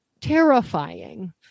terrifying